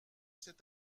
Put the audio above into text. cet